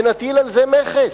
ונטיל על זה מכס.